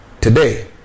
Today